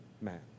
man